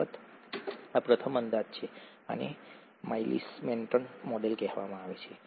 અલબત્ત આ પ્રથમ અંદાજ છે આને માઇકલિસ મેન્ટન મોડેલ કહેવામાં આવે છે